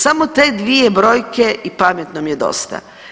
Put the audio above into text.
Samo te dvije brojke i pametnom je dosta.